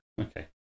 Okay